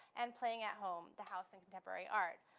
and playing at home the house and contemporary art.